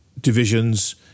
divisions